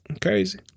crazy